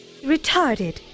Retarded